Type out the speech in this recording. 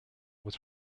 was